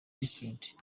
restaurant